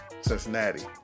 Cincinnati